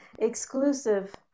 Exclusive